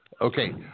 Okay